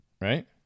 right